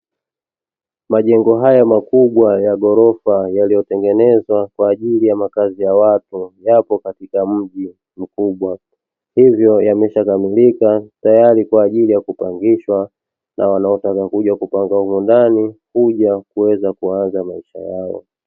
Majengo haya makubwa ya ghorofa yaliyotengenezwa kwaajili ya makazi ya watu, yapo katika mji mkubwa hivyo yamekamilika tayari kwa ajili ya kupangishwa na wanaotaka kuja kupanga humo ndani kuja kuweza kuanza maisha yao.